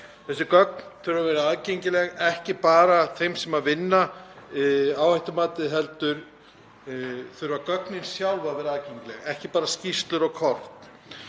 Þessi gögn þurfa að vera aðgengileg, ekki bara þeim sem vinna við áhættumatið, heldur þurfa gögnin sjálf að vera aðgengileg, ekki bara skýrslur og kort.